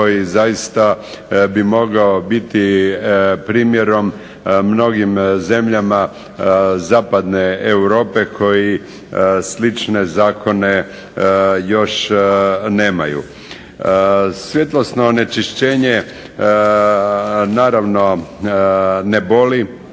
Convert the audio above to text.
koji bi zaista mogao biti primjerom mnogim zemljama zapadne Europe koji slične zakone još nemaju. Svjetlosno onečišćenje, naravno ne boli,